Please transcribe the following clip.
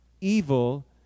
evil